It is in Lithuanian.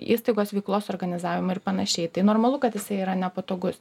įstaigos veiklos organizavimo ir panašiai tai normalu kad jisai yra nepatogus